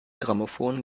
grammophon